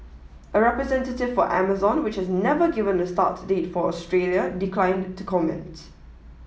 a representative for Amazon which has never given a start date for Australia declined to comment